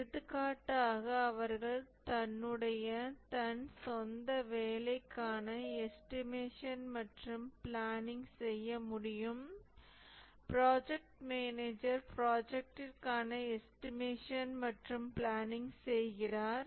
எடுத்துக்காட்டாக அவர்கள் தன்னுடைய தன் சொந்த வேலைக்கான எஸ்டிமேஷன் மற்றும் பிளானிங் செய்ய முடியும் பிராஜக்ட் மேனேஜர் ப்ரொஜெக்டிற்கான எஸ்டிமேஷன் மற்றும் பிளானிங் செய்கிறார்